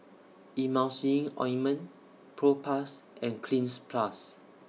Emulsying Ointment Propass and Cleanz Plus